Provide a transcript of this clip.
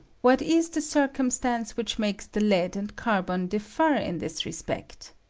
what is the circumstance which makes the lead and carbon differ in this respect?